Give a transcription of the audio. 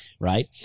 right